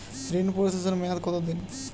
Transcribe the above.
ঋণ পরিশোধের মেয়াদ কত দিন?